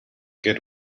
get